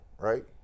right